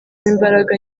imbaraga